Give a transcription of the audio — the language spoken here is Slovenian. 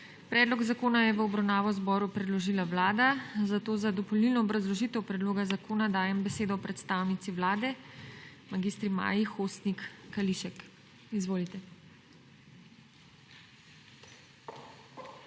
Predlog zakona je v obravnavo zboru predložila Vlada, zato za dopolnilno obrazložitev predloga zakona dajem besedo predstavnici Vlade, mag. Maji Hostnik Kališek. Izvolite.